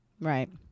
right